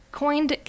coined